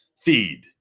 Feed